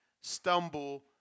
stumble